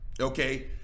Okay